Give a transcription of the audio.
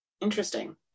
interesting